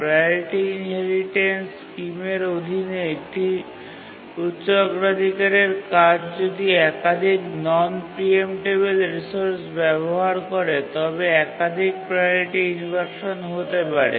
priority inheritance স্কিমের অধীনে একটি উচ্চ অগ্রাধিকারের কাজ যদি একাধিক নন প্রিএম্পটেবিল রিসোর্স ব্যবহার করে তবে একাধিক প্রাওরিটি ইনভারশান হতে পারে